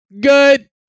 good